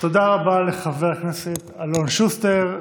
תודה רבה לחבר הכנסת אלון שוסטר.